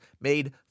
made